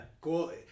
Cool